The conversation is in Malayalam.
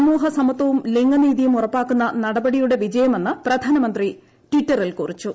സമൂഹ സമത്വവും ലിംഗനീതിയും ഉറപ്പാക്കുന്ന നടപടിയുടെ വിജയമെന്ന് പ്രധാനമന്ത്രി ട്വിറ്ററിൽ കുറിച്ചു